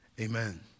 Amen